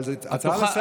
אבל זאת הצעה לסדר,